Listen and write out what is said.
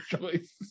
choice